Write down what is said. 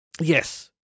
Yes